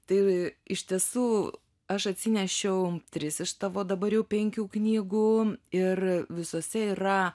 tai iš tiesų aš atsinešiau tris iš tavo dabar jau penkių knygų ir visose yra